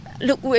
Look